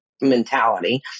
mentality